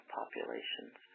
populations